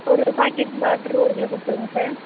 ஒரு packet butter ஒரு kilo கொடுத்துருங்க சார்